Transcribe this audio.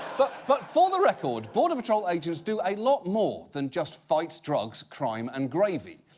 but but for the record, border patrol agents do a lot more than just fight drugs, crime and gravy.